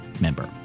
member